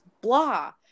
blah